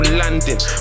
landing